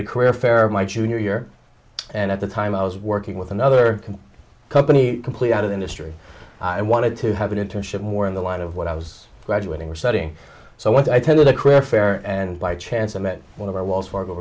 the career fair of my junior year and at the time i was working with another company completely out of industry i wanted to have an internship more in the line of what i was graduating or studying so i tend to the craft fair and by chance i met one of our wells fargo